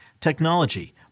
technology